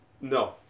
No